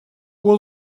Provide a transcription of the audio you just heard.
will